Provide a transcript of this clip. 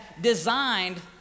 designed